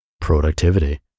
productivity